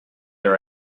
her